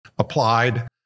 applied